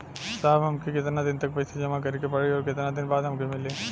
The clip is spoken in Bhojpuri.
साहब हमके कितना दिन तक पैसा जमा करे के पड़ी और कितना दिन बाद हमके मिली?